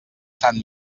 sant